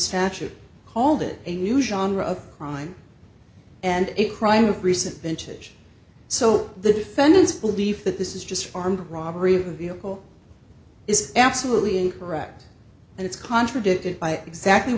statute all that a new genre of crime and a crime of recent vintage so the defendants believe that this is just armed robbery of a vehicle is absolutely incorrect and it's contradicted by exactly